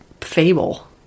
fable